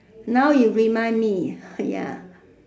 now you remind me ya